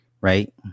Right